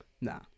Nah